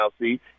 see